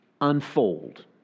Unfold